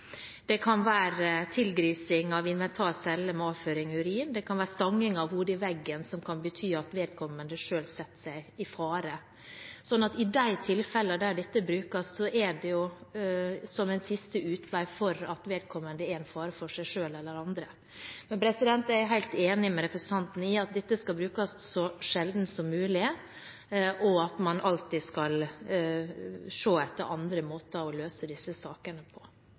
Det kan være tilgrising av inventar i cellen med avføring og urin, det kan være stanging av hodet i veggen, som kan bety at vedkommende setter seg selv i fare. I de tilfellene der dette brukes, er det som en siste utvei fordi vedkommende er en fare for seg selv eller andre. Men jeg er helt enig med representanten i at dette skal brukes så sjelden som mulig, og at man alltid skal se etter andre måter å løse disse sakene på.